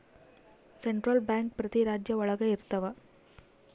central bank ಪ್ರತಿ ರಾಜ್ಯ ಒಳಗ ಇರ್ತವ